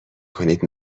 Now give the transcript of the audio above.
کنید